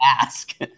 ask